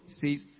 says